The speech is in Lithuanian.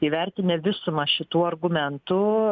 įvertinę visumą šitų argumentų